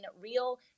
real